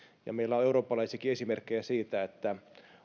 meillä on eurooppalaisiakin esimerkkejä siitä että